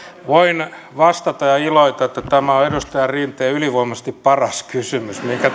voin vastata ja iloita että tämä on edustaja rinteen ylivoimaisesti paras kysymys minkä